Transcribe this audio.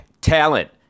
talent